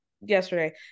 yesterday